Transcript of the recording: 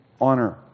honor